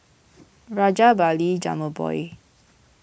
Rajabali Jumabhoy